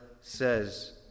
says